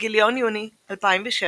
בגיליון יוני 2007,